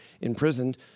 imprisoned